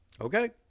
Okay